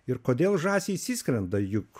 ir kodėl žąsys išskrenda juk